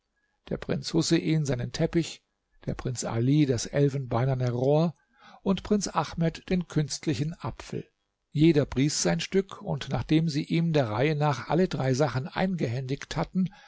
der prinz husein seinen teppich der prinz ali das elfenbeinerne rohr und prinz ahmed den künstlichen apfel jeder pries sein stück und nachdem sie ihm der reihe nach alle drei sachen eingehändigt hatten